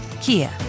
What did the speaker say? Kia